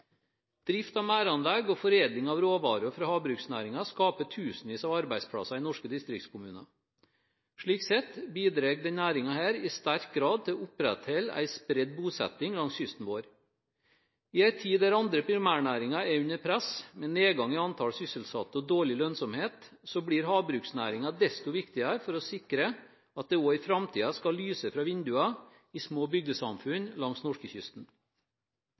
Drift av merdanlegg og foredling av råvarer fra havbruksnæringen skaper tusenvis av arbeidsplasser i norske distriktskommuner. Slik sett bidrar denne næringen i sterk grad til å opprettholde en spredt bosetting langs kysten vår. I en tid der andre primærnæringer er under press, med nedgang i antall sysselsatte og dårlig lønnsomhet, blir havbruksnæringen desto viktigere for å sikre at det også i framtiden skal lyse fra vinduene i små bygdesamfunn langs norskekysten.